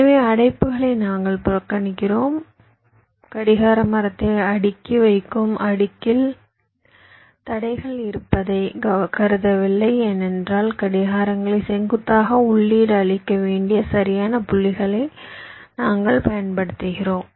எனவே அடைப்புகளை நாங்கள் புறக்கணிக்கிறோம் கடிகார மரத்தை அடுக்கி வைக்கும் அடுக்கில் தடைகள் இருப்பதை கருதவில்லை ஏனென்றால் கடிகாரங்களை செங்குத்தாக உள்ளீடு அளிக்க வேண்டிய சரியான புள்ளிகளை நாங்கள் பயன்படுத்துகிறோம்